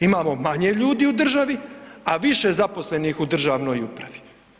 Imamo manje ljudi u državi, a više zaposlenih u državnoj upravi.